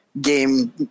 game